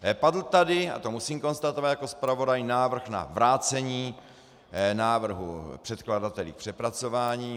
Padl tady a to musím konstatovat jako zpravodaj návrh na vrácení návrhu předkladateli k přepracování.